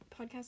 podcast